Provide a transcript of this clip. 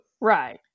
Right